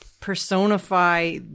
personify